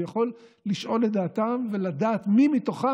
והוא היה יכול לשאול את דעתם ולדעת מי מהם,